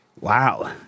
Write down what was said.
Wow